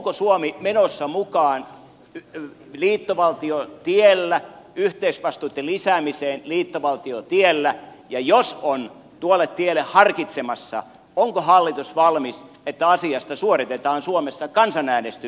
onko suomi menossa mukaan liittovaltiotielle yhteisvastuitten lisäämiseen ja jos on tuolle tielle harkitsemassa onko hallitus valmis että asiasta suoritetaan suomessa kansanäänestys